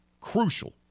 crucial